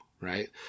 right